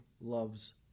loves